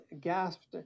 gasped